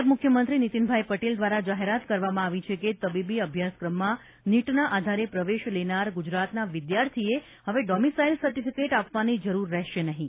નાયબ મુખ્યમંત્રી નિતીનભાઇ પટેલ દ્વારા જાહેરાત કરવામાં આવી છે કે તબીબી અભ્યાસક્રમમાં નીટના આધારે પ્રવેશ લેનાર ગુજરાતના વિદ્યાર્થીએ હવે ડોમીસાઇલ સર્ટિફિકેટ આપવાની જરુર રહેશે નહીં